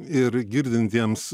ir girdintiems